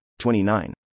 29